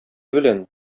белән